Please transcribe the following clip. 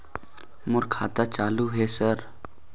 मोर खाता चालु हे सर?